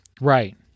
Right